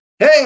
Hey